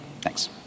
Thanks